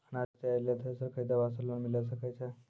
अनाज तैयारी लेल थ्रेसर खरीदे वास्ते लोन मिले सकय छै?